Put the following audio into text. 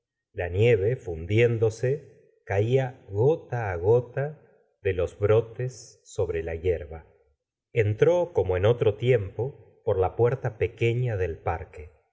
nieve fundiéndose caía gota á gota de los brotes sobre la hierba entró como en otro tiempo por la puerta pequeña del parque